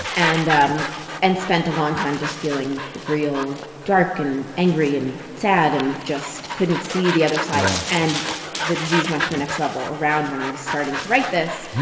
and um and spent a long time just feeling real dark and angry and sad and just couldn't see the other side. and the disease went to the next level around when i was starting to write this,